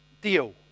deal